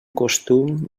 costum